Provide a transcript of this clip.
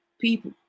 People